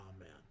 amen